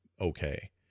okay